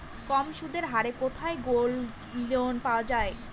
কম সুদের হারে কোথায় গোল্ডলোন পাওয়া য়ায়?